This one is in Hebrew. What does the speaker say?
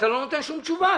ואתה לא נותן שום תשובה.